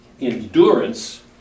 endurance